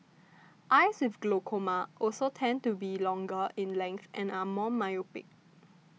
eyes with glaucoma also tended to be longer in length and are more myopic